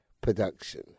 production